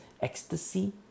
ecstasy